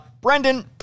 Brendan